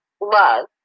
love